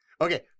Okay